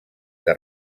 que